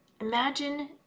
imagine